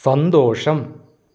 സന്തോഷം